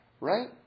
right